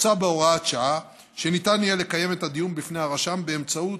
הוצע בהוראת שעה שניתן יהיה לקיים את הדיון בפני הרשם באמצעות